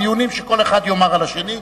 דיונים שכל אחד יאמר על השני.